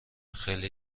خیلی